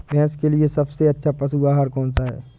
भैंस के लिए सबसे अच्छा पशु आहार कौन सा है?